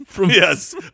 Yes